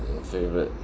your favourite